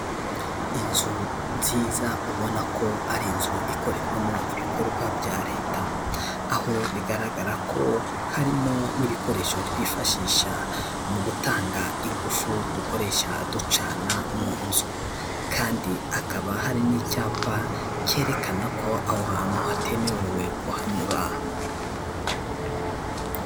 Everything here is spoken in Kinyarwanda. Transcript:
Inzu nziza ubona ko ari inzu ikorerwamo ibikorwa bya leta, aho bigaragara ko harimo n'ibikoresho twifashisha mu gutanga ingufu dukoresha ducana mu nzu kandi hakaba hari n'icyapa cyerekana ko aho hantu hatemerewe kuhanyuraha.